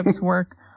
work